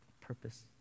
purpose